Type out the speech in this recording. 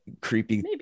Creepy